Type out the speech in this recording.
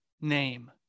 name